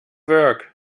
work